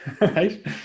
right